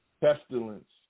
pestilence